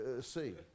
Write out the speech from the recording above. see